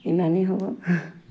সিমানেই হ'ব